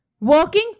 working